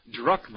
Druckmann